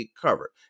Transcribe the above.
covered